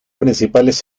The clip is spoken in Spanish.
principales